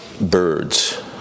birds